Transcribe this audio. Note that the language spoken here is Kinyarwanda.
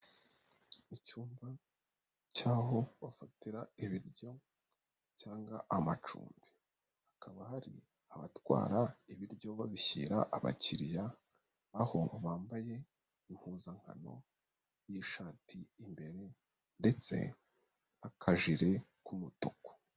Icyumba cy'aho bafatira ibiryo cyangwa amacumbi hakaba hari abatwara ibiryo babishyira abakiriya aho bambaye impuzankano y'ishati imbere ndetse n'akajire k'umutuku.